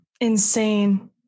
Insane